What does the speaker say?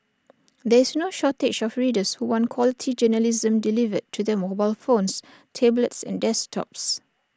there's no shortage of readers who want quality journalism delivered to their mobile phones tablets and desktops